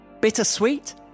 Bittersweet